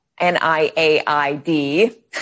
NIAID